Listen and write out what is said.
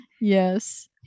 Yes